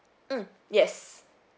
mm yes